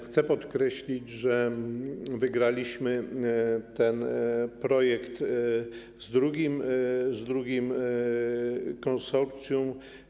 Chcę podkreślić, że wygraliśmy ten projekt z drugim konsorcjum.